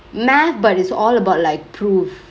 math but it's all about like proof